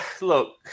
look